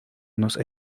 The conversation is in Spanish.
nos